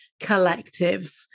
collectives